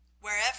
wherever